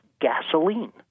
gasoline